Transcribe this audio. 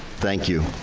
thank you.